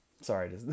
Sorry